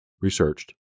researched